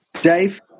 Dave